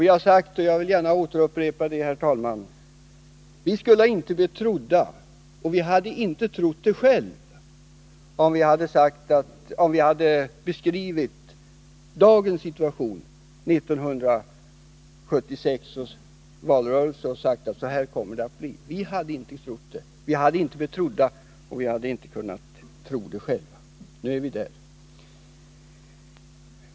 Vi har sagt — och jag vill, herr talman, gärna upprepa det — att vi skulle inte ha blivit trodda och att vi inte hade trott det själva om vi i 1976 års valrörelse hade beskrivit dagens situation och sagt att så här kommer det att bli. Men nu är vi där.